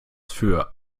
für